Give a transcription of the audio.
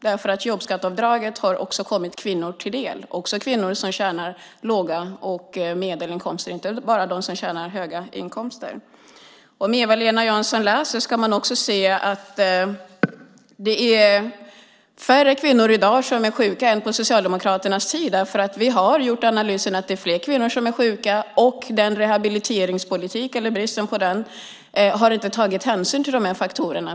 Det beror på att jobbskatteavdraget har kommit kvinnor till del, också kvinnor som har låga inkomster och medelinkomster, inte bara de som har höga inkomster. Om Eva-Lena Jansson läser där ska hon också se att det är färre kvinnor som är sjuka i dag än på Socialdemokraternas tid. Vi har gjort analysen att det är fler kvinnor som är sjuka när det är brist på rehabiliteringspolitik och man inte har tagit hänsyn till de faktorerna.